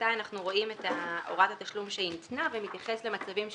ומתי אנחנו רואים את הוראת התשלום שניתנה ומתייחס למצבים שונים,